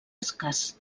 escàs